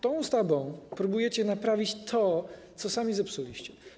Tą ustawą próbujecie naprawić to, co sami zepsuliście.